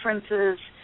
differences